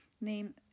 Name